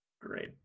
Great